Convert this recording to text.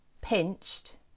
Pinched